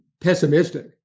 pessimistic